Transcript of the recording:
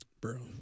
Bro